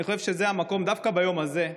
אני חושב שזה המקום, דווקא ביום הזה,